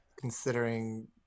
considering